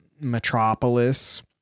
Metropolis